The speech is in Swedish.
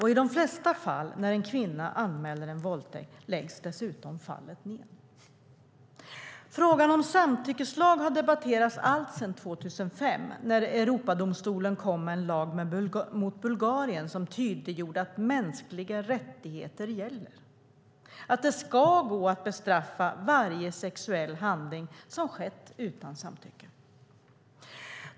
I de flesta fall när en kvinna anmäler en våldtäkt läggs dessutom fallet ned. Frågan om samtyckeslag har debatterats allt sedan 2005 när Europadomstolen kom med en dom mot Bulgarien som tydliggjorde att mänskliga rättigheter gäller. Det ska gå att bestraffa varje sexuell handling som skett utan samtycke.